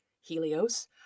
Helios